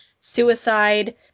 suicide